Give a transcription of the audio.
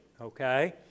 okay